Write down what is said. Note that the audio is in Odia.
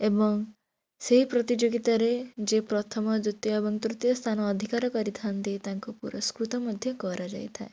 ଏବଂ ସେହି ପ୍ରତିଯୋଗିତାରେ ଯେ ପ୍ରଥମ ଦ୍ଵିତୀୟ ଏବଂ ତୃତୀୟ ସ୍ଥାନ ଅଧିକାର କରିଥାନ୍ତି ତାଙ୍କୁ ପୁରସ୍କୃତ ମଧ୍ୟ କରାଯାଇଥାଏ